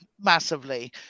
massively